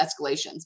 escalations